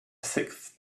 sixth